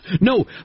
no